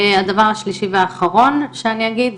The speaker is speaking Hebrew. והדבר השלישי והאחרון שאני אגיד,